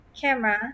camera